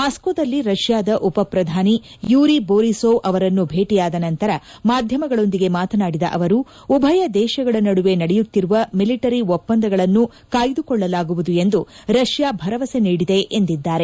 ಮಾಸ್ಕೋದಲ್ಲಿ ರಷ್ಯಾದ ಉಪ ಪ್ರಧಾನಿ ಯೂರಿ ಬೊರಿಸೊವ್ ಅವರನ್ನು ಭೇಟಿಯಾದ ನಂತರ ಮಾಧ್ಯಮಗಳೊಂದಿಗೆ ಮಾತನಾಡಿದ ಅವರು ಉಭಯ ದೇಶಗಳ ನಡುವೆ ನಡೆಯುತ್ತಿರುವ ಮಿಲಿಟರಿ ಒಪ್ಪಂದಗಳನ್ನು ಕಾಯ್ದುಕೊಳ್ಳಲಾಗುವುದು ಎಂದು ರಷ್ಯಾ ಭರವಸೆ ನೀಡಿದೆ ಎಂದಿದ್ದಾರೆ